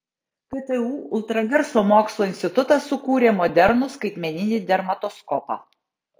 ktu ultragarso mokslo institutas sukūrė modernų skaitmeninį dermatoskopą